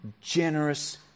generous